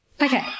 Okay